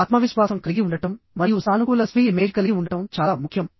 ఆత్మవిశ్వాసం కలిగి ఉండటం మరియు సానుకూల స్వీయ ఇమేజ్ కలిగి ఉండటం చాలా ముఖ్యం